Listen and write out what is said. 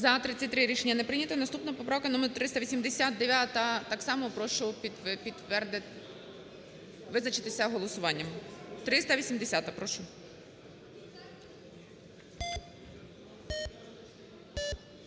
За-33 Рішення не прийнято. Наступна поправка - номер 389. Так само прошу підтвердити, визначитися голосуванням. 380-а, прошу.